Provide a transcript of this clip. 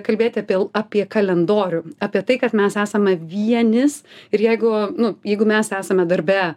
kalbėti apie apie kalendorių apie tai kad mes esame vienis ir jeigu nu jeigu mes esame darbe